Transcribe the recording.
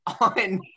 on